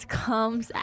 comes